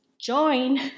join